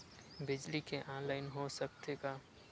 बिजली के ऑनलाइन हो सकथे का?